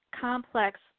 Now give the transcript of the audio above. complex